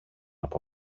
από